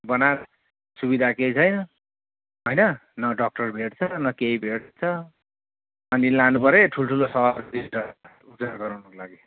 बना सुविधा केही छैन होइन न डक्टर भेट्छ न केही भेट्छ अनि लानु पऱ्यो है ठुलठुलो सहरतिर उपचार गराउनको लागि